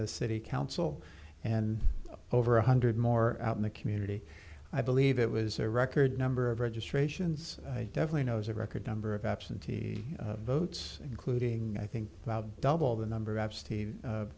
the city council and over one hundred more out in the community i believe it was a record number of registrations definitely knows a record number of absentee votes including i think about double the number of a